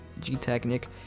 G-Technic